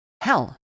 Hell